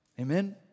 Amen